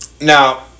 Now